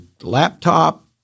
laptop